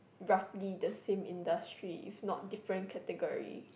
roughly the same industry if not different category